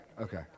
okay